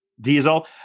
Diesel